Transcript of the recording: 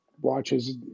watches